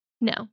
No